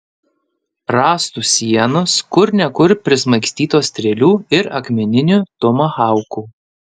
rąstų sienos kur ne kur prismaigstytos strėlių ir akmeninių tomahaukų